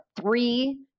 three